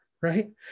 right